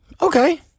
Okay